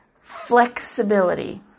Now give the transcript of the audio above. Flexibility